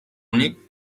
únic